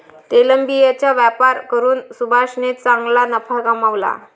तेलबियांचा व्यापार करून सुभाषने चांगला नफा कमावला